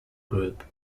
group